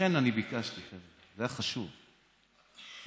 לכן אני ביקשתי והיה חשוב לי